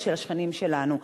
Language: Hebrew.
אבל של השכנים שלנו.